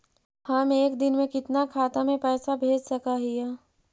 हम एक दिन में कितना खाता में पैसा भेज सक हिय?